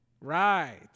Right